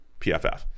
pff